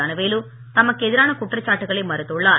தனவேலு தமக்கு எதிரான குற்றச்சாட்டுக்களை மறுத்துள்ளார்